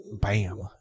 Bam